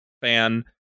fan